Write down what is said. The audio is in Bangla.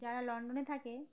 যারা লন্ডনে থাকে